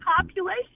population